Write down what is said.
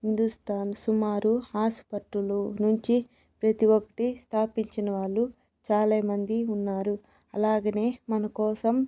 హిందుస్థాన్ సుమారు హాస్పిటల్ నుంచి ప్రతి ఒక్కటి స్థాపించిన వాళ్ళు చాలామంది ఉన్నారు అలాగనే మనకోసం